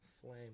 flame